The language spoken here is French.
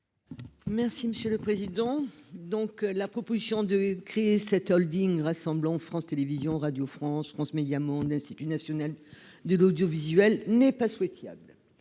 Merci monsieur le président. Donc la proposition de créer cette Holding rassemblant France Télévisions, Radio France, France Médias Monde, l'Institut national de l'audiovisuel n'est pas souhaitable.